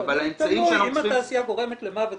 אבל האמצעים ש- -- אם התעשייה גורמת למוות